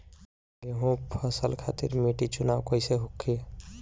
गेंहू फसल खातिर मिट्टी चुनाव कईसे होखे?